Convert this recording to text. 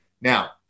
Now